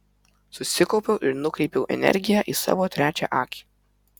susikaupiau ir nukreipiau energiją į savo trečią akį